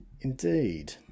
Indeed